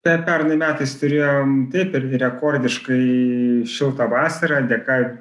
per pernai metais turėjom taip per rekordiškai šiltą vasarą dėka